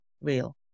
real